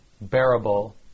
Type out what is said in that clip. Bearable